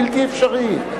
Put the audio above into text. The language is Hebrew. בלתי אפשרי.